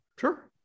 Sure